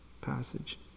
passage